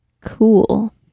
cool